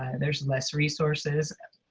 ah there's less resources.